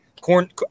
Corn